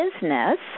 business